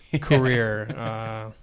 career